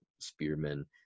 spearmen